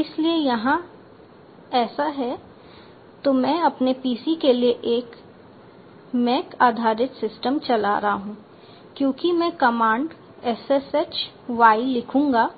इसलिए यहाँ ऐसा है तो मैं अपने PC के लिए एक मैक आधारित सिस्टम चला रहा हूँ क्योंकि मैं कमांड ssh y लिखूंगा